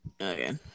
Okay